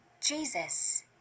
Jesus